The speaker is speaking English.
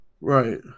Right